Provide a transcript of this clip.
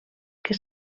que